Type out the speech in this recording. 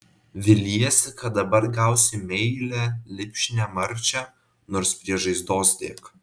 viliesi kad dabar gausi meilią lipšnią marčią nors prie žaizdos dėk